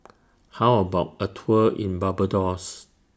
How about A Tour in Barbados